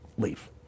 leave